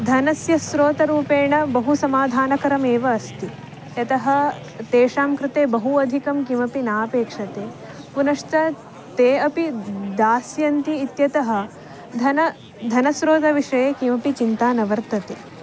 धनस्य स्रोतरूपेण बहु समाधानकरमेव अस्ति यतः तेषां कृते बहु अधिकं किमपि नापेक्षते पुनश्च ते अपि दास्यन्ति इत्यतः धन धनस्रोतविषये किमपि चिन्ता न वर्तते